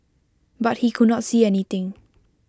but he could not see anything